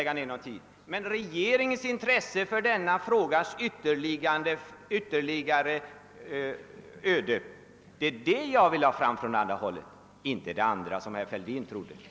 Där behöver vi inte nedlägga någon tid. Men jag vill ha fram regeringens intresse för denna frågas fortsatta öde.